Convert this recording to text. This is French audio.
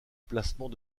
placement